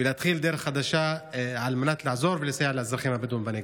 ולהתחיל דרך חדשה על מנת לעזור ולסייע לאזרחים הבדואים בנגב.